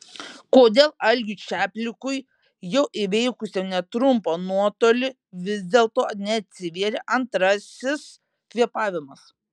kodėl algiui čaplikui jau įveikusiam netrumpą nuotolį vis dėlto neatsivėrė antrasis kvėpavimas